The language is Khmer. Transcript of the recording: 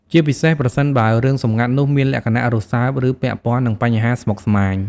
ជាពិសេសប្រសិនបើរឿងសម្ងាត់នោះមានលក្ខណៈរសើប ឬពាក់ព័ន្ធនឹងបញ្ហាស្មុគស្មាញ។